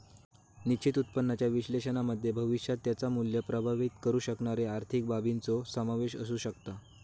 निश्चित उत्पन्नाच्या विश्लेषणामध्ये भविष्यात त्याचा मुल्य प्रभावीत करु शकणारे आर्थिक बाबींचो समावेश असु शकता